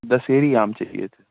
دسہری آم چاہیے تھے